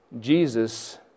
Jesus